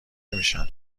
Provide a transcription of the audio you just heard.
نمیشن